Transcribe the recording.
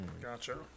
Gotcha